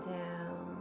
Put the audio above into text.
down